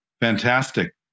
Fantastic